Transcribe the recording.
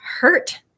hurt